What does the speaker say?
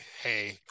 hey